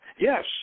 Yes